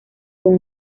con